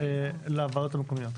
לוועדות המקומיות.